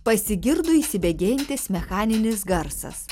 pasigirdo įsibėgėjantis mechaninis garsas